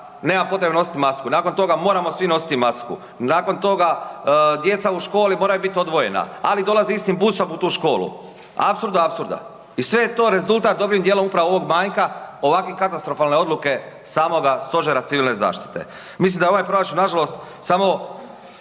nema potrebe nositi masku, nakon toga moramo svi nositi masku. Nakon toga djeca u školi moraju biti odvojena ali dolaze istim busom u tu školu. Apsurd do apsurda. I sve to je rezultat dobrim djelom upravo ovog manjka ovakve katastrofalne odluke samoga Stožera civilne zaštite. Mislim da ovaj proračun nažalost samo